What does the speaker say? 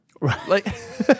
Right